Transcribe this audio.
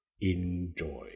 enjoy